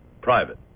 Private